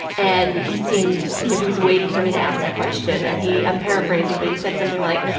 and he seemed you know, he was waiting for me to ask that question. and he i'm paraphrasing, but he said something like,